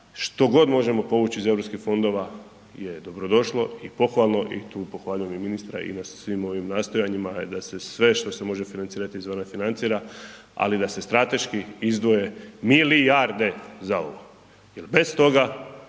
što god možemo povući iz Europskih fondova je dobro došlo i pohvalno i tu pohvaljujem i ministra i da se svim ovim nastojanjima, da se sve što se može financirati iz …/Govornik se ne razumije/…financira ali da se strateški izdvoje milijarde za ovo jer bez toga,